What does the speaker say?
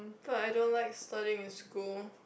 thought I don't like studying in school